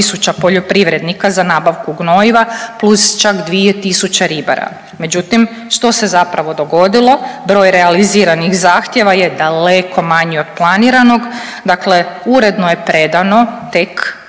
poljoprivrednika za nabavku gnojiva plus čak dvije tisuće ribara. Međutim, što se zapravo dogodilo? Broj realiziranih zahtjeva je daleko manji od planiranog. Dakle, uredno je predano tek